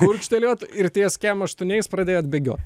gurkštelėjot ir ties kiam aštuoniais pradėjot bėgiot